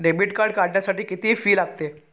Debit card काढण्यासाठी किती fee लागते?